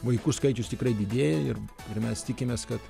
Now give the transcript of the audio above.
vaikų skaičius tikrai didėja ir ir mes tikimės kad